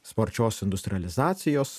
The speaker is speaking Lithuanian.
sparčios industrializacijos